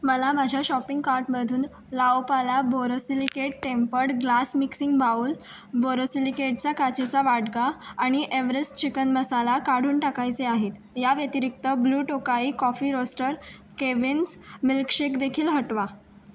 मला माझ्या शॉपिंग कार्टमधून La Opala borosilicate tempered glass mixing bowl बोरोसिलिकेटचा काचेचा वाडका आणि ॲव्हरेस्ट चिकन मसाला काढून टाकायचे आहेत याव्यतिरिक्त Blue Tokai coffee roaster Keventers milkshake देखील हटवा